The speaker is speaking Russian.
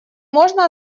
можно